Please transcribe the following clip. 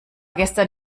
gestern